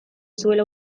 zuela